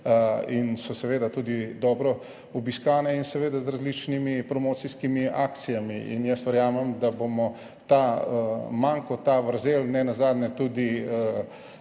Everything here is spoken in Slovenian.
in so seveda tudi dobro obiskane, tudi z različnimi promocijskimi akcijami. Jaz verjamem, da bomo ta manko, to vrzel nenazadnje tudi